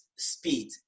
speed